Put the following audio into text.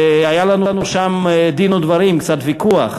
והיה לנו שם דין ודברים, קצת ויכוח.